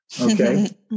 Okay